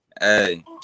Hey